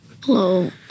Hello